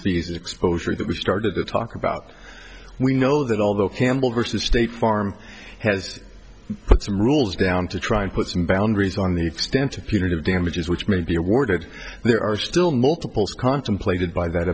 fees exposure that we started to talk about we know that although campbell versus state farm has put some rules down to try and put some boundaries on the extent of punitive damages which may be awarded there are still multiples contemplated by that